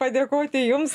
padėkoti jums